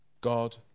God